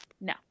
No